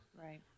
Right